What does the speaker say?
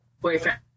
boyfriend